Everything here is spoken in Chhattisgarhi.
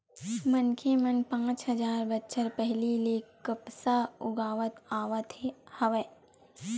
मनखे मन पाँच हजार बछर पहिली ले कपसा उगावत आवत हवय